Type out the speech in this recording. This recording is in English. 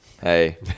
hey